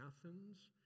Athens